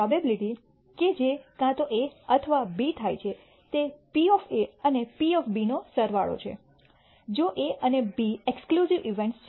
probability કે જે કાં તો A અથવા B થાય છે તે P અને P નો સરવાળો છે જો એ અને બી એક્સક્લૂસિવ ઇવેન્ટ્સ છે